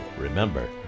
Remember